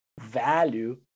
value